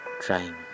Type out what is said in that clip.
trying